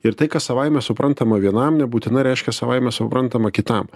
ir tai kas savaime suprantama vienam nebūtinai reiškia savaime suprantama kitam